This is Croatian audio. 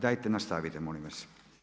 Dajte nastavite molim vas.